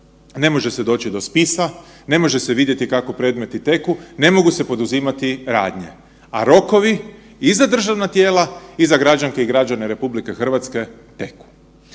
Ne može se doći do spisa, ne može se vidjeti kako predmeti teku, ne mogu se poduzimati radnje. A rokovi i za državna tijela i za građanke i građane RH teku.